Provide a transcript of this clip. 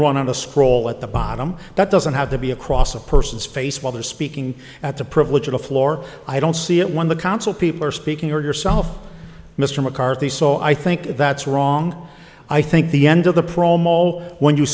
wrong on a scroll at the bottom that doesn't have to be across a person's face while they're speaking at the privilege of the floor i don't see it when the council people are speaking for yourself mr mccarthy so i think that's wrong i think the end of the promo when you